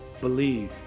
Believe